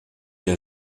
der